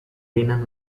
denen